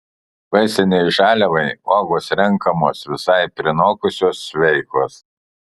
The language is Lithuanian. vaistinei žaliavai uogos renkamos visai prinokusios sveikos